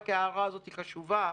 רק הערה זאת היא חשובה,